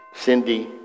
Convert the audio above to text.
Cindy